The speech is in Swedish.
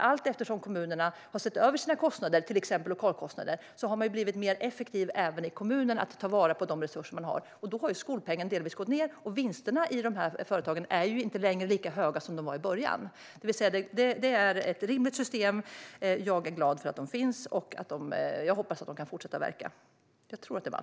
Allteftersom kommunerna har sett över sina kostnader - till exempel lokalkostnader - har även kommunerna blivit mer effektiva i att ta vara på de resurser som de har. Då har skolpengen minskat, och vinsterna i dessa företag är ju inte längre lika stora som de var i början. Det är ett rimligt system. Jag är glad för att dessa företag finns, och jag hoppas att de kan fortsätta att verka.